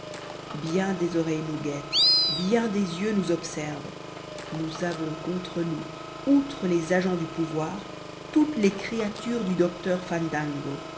bien des oreilles nous guettent bien des yeux nous observent nous avons contre nous outre les agents du pouvoir toutes les créatures du docteur fandango